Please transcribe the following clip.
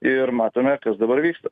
ir matome kas dabar vyksta